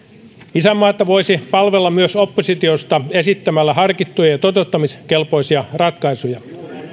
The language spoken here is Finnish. isänmaata voisi palvella myös oppositiosta esittämällä harkittuja ja toteuttamiskelpoisia ratkaisuja